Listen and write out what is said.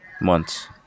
months